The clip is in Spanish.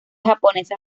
japonesa